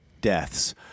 deaths